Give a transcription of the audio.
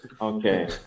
Okay